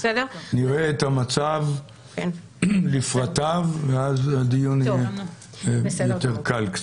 נראה את המצב לפרטיו ואז הדיון יהיה קצת יותר קל.